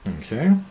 Okay